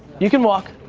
you can walk.